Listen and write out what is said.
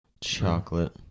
Chocolate